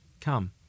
Come